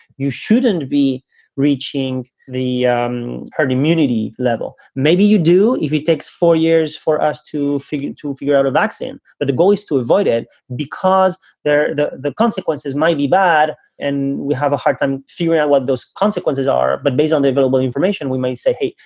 you shouldn't be reaching the um herd immunity level. maybe you do if it takes four years for us to figure out, to figure out a vaccine. but the goal is to avoid it because the the consequences might be bad. and we have a hard time figuring out what those consequences are. but based on the available information, we may say,